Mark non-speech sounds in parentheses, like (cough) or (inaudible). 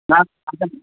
(unintelligible)